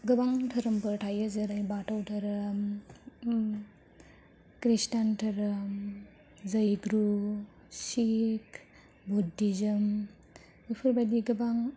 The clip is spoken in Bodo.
गोबां धोरोमफोर थायो जेरै बाथौ धोरोम खृष्टियान धोरोम जैगुरु शिख बुद्धिजोम बेफोरबादि गोबां